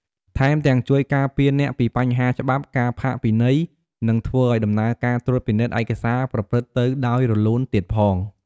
ថែមទាំងជួយការពារអ្នកពីបញ្ហាច្បាប់ ការផាកពិន័យ និងធ្វើឲ្យដំណើរការត្រួតពិនិត្យឯកសារប្រព្រឹត្តទៅដោយរលូនទៀតផង។